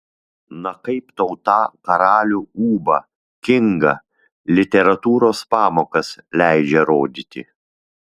na kaip tau tą karalių ūbą kingą literatūros pamokas leidžia rodyti